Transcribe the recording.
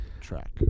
track